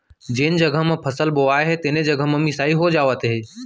जेन जघा म फसल बोवाए हे तेने जघा म मिसाई हो जावत हे